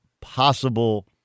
possible